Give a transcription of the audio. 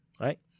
right